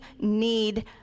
need